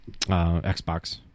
xbox